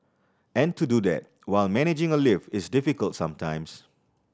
and to do that while managing a lift is difficult sometimes